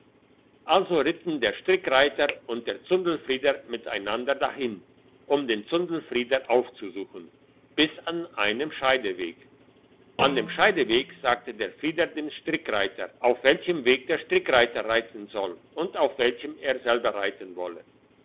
also ritten der strickreiter und der zundelfrieder miteinander dahin um den zundelfrieder aufzusuchen bis an einen scheideweg an dem scheideweg sagte der frieder dem strickreiter auf welchem weg der strickreiter reiten soll und auf welchem er selber reiten wolle